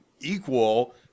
equal